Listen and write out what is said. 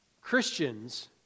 Christians